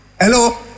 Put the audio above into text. Hello